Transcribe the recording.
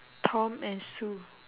tom and sue